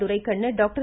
Duraikannu doctor